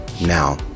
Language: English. now